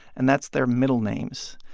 and that's their middle names.